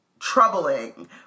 troubling